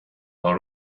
dans